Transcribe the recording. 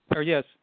Yes